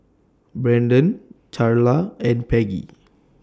Brenden Charla and Peggy